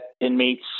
inmates